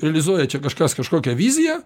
realizuoja čia kažkas kažkokią viziją